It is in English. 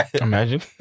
Imagine